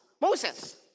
Moses